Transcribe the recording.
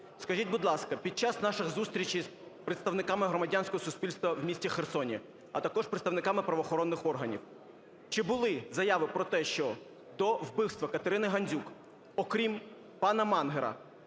Скажіть, будь ласка, під час наших зустрічей з представниками громадянського суспільства в місті Херсоні, а також представниками правоохоронних органів чи були заяви про те, що до вбивства КатериниГандзюк, окрім пана Мангера,